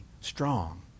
strong